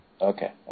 Okay